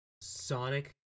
Sonic